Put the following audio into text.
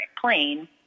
plane